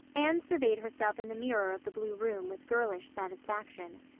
anne surveyed herself in the mirror of the blue room with girlish satisfaction.